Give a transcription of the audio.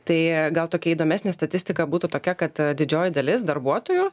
tai gal tokia įdomesnė statistika būtų tokia kad didžioji dalis darbuotojų